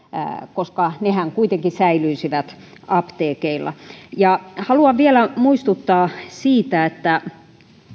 koska nehän kuitenkin säilyisivät apteekeilla haluan vielä muistuttaa siitä että